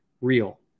real